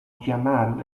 jamal